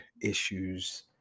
issues